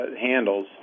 handles